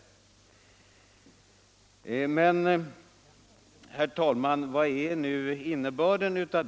Men herr talman, vad är nu innebörden av detta?